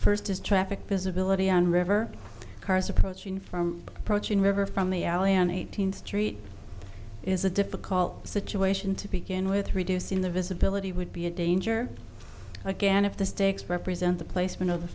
first is traffic visibility and river cars approaching from river from the alley on eighteenth street is a difficult situation to begin with reducing the visibility would be a danger again if the sticks represent the placement of the